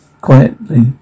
quietly